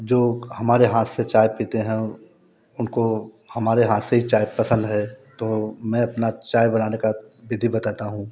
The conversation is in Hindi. जो हमारे हाथ से चाय पीते हैं उनको हमारे हाथ से ही चाय पसंद है तो मैं अपना चाय बनाने का विधि बताता हूँ